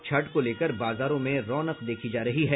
छठ को लेकर बाजारों में रौनक देखी जा रही है